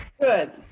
Good